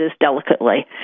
delicately